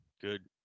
good